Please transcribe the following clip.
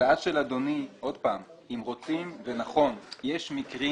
ההצעה של אדוני, אם רוצים ונכון, יש מקרים